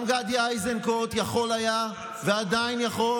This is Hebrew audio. גם גדי איזנקוט יכול היה, ועדיין יכול,